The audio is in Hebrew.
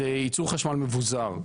זה ייצור חשמל מבוזר.